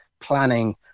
planning